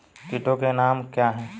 कीटों के नाम क्या हैं?